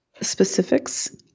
specifics